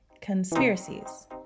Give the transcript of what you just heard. conspiracies